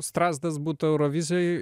strazdas būtų eurovizijoj